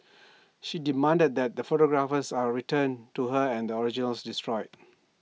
she demanded that the photographs are returned to her and the originals destroyed